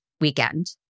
weekend